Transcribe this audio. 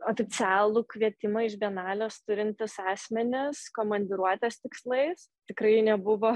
oficialų kvietimą iš bienalės turintys asmenys komandiruotės tikslais tikrai nebuvo